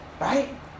Right